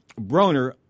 Broner